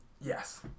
Yes